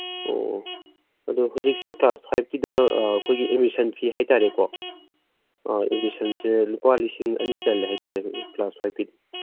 ꯑꯣ ꯑꯗꯨ ꯍꯧꯖꯤꯛꯁꯦ ꯀ꯭ꯂꯥꯁ ꯐꯥꯏꯚꯀꯤꯗ ꯑꯩꯈꯣꯏꯒꯤ ꯑꯦꯗꯃꯤꯁꯟ ꯐꯤ ꯍꯥꯏ ꯇꯥꯔꯦꯀꯣ ꯑꯦꯗꯃꯤꯁꯟꯁꯦ ꯂꯨꯄꯥ ꯂꯤꯁꯤꯡ ꯑꯅꯤ ꯆꯜꯂꯦ ꯍꯥꯏ ꯇꯥꯔꯦ ꯀ꯭ꯂꯥꯁ ꯐꯥꯏꯚꯀꯤꯗꯤ